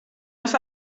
ist